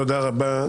תודה רבה.